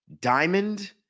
Diamond